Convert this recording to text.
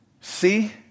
see